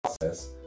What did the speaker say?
process